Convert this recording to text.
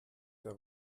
der